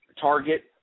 target